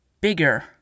bigger